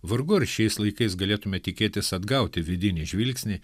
vargu ar šiais laikais galėtume tikėtis atgauti vidinį žvilgsnį